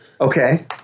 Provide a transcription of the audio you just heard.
Okay